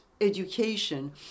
education